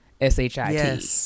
S-H-I-T